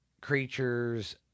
creatures